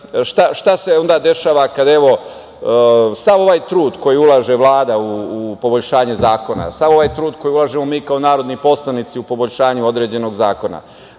se onda dešava kada, evo, sav ovaj trud koji ulaže Vlada u poboljšanje zakona, sav ovaj trud koji ulažemo mi kao narodni poslanici u poboljšanju određenog zakona?